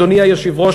אדוני היושב-ראש,